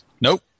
Nope